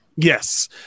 Yes